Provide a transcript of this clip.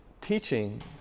teaching